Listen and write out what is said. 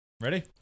Ready